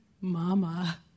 Mama